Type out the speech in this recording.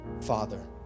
Father